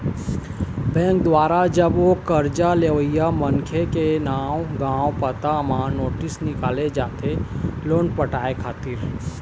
bank दुवारा जब ओ करजा लेवइया मनखे के नांव गाँव पता म नोटिस निकाले जाथे लोन पटाय खातिर